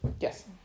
Yes